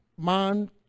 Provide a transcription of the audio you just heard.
man